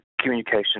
communication